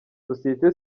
sosiyete